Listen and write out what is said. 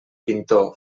pintor